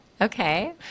Okay